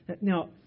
Now